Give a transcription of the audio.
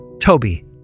Toby